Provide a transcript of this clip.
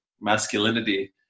masculinity